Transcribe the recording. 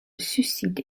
suicide